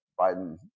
Biden